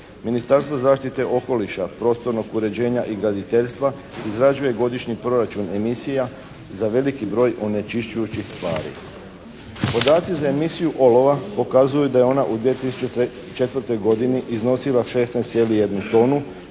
Ministarstvo zaštite okoliša, prostornog uređenja i graditeljstva izrađuje godišnji proračun emisija za veliki broj onečišćujućih stvari. Podaci za emisiju olova pokazuju da je ona u 2004. godini iznosila 16,1 tonu